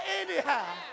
anyhow